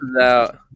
out